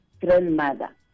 grandmother